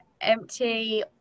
empty